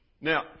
Now